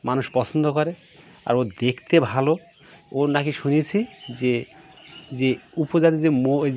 মানুষ পছন্দ করে আর ও দেখতে ভালো ওর নাকি শুনেছি যে যে উপজাতি যে মো ওই যে